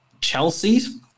Chelsea's